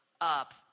up